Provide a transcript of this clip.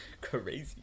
Crazy